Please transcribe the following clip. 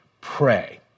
pray